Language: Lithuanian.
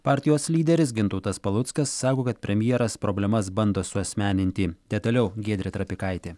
partijos lyderis gintautas paluckas sako kad premjeras problemas bando suasmeninti detaliau giedrė trapikaitė